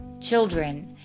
children